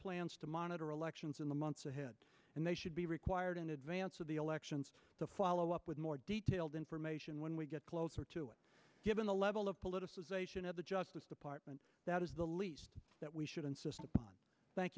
plans to monitor elections in the months ahead and they should be required in advance of the elections to follow up with more detailed information when we get closer to it given the level of politicization of the justice department that is the least that we should